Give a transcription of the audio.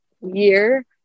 year